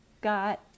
got